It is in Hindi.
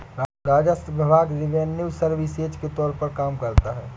राजस्व विभाग रिवेन्यू सर्विसेज के तौर पर काम करता है